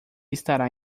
estará